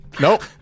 nope